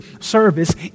service